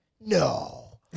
no